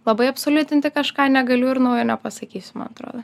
labai absoliutinti kažką negaliu ir naujo nepasakysiu man atrodo